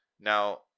Now